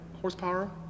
horsepower